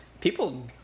People